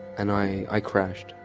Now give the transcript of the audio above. and i i crashed.